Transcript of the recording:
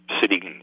city